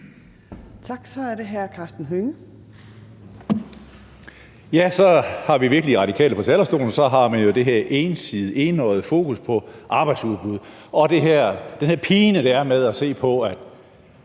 Hønge. Kl. 11:42 Karsten Hønge (SF): Så har vi virkelig Radikale på talerstolen; så har man jo det her ensidige, enøjede fokus på arbejdsudbud og på den her pine, som det er at se på